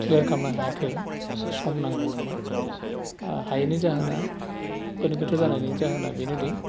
clear खालामनो हायाखै सम नांगोन नामा हायैनि जाहोना गोनो गोथो जानायनि जाहोना बेनोदि